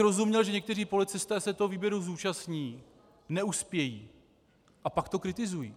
Rozuměl bych, že někteří policisté se toho výběru zúčastní, neuspějí a pak to kritizují.